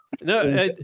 No